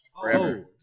Forever